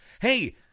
hey